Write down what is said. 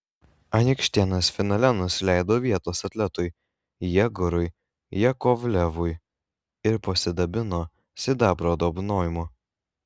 anykštėnas finale nusileido vietos atletui jegorui jakovlevui ir pasidabino sidabro apdovanojimu